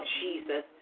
Jesus